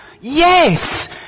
Yes